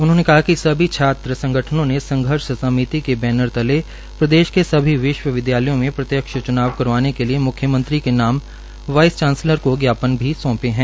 उन्होंने कहा कि सभी छात्र संगठनों ने संघर्ष समीति के बैनर तले प्रदेश के सभी विश्वविद्यालयों में प्रत्यक्ष च्नाव करवाने के लिए म्ख्यमंत्री के नाम वाईस चांसलर को ज्ञापन भी सौंपे हैं